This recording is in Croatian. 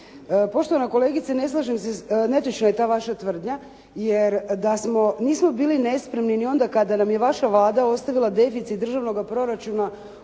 Poštovana kolegice, ne slažem se, netočna je ta vaša tvrdnja jer da smo, nismo bili nespremni ni onda kada nam je vaša Vlada ostavila deficit državnoga proračuna